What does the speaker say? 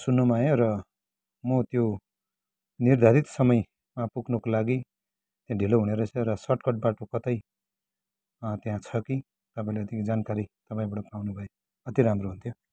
सुन्नुमा आयो र म त्यो निर्धारित समयमा पुग्नुको लागि ढिलो हुने रहेछ र सर्टकट बाटो कतै त्यहाँ छ कि तपाईँलाई त्यो जानकारी तपाईँबाट पाउने भए अति राम्रो हुन्थ्यो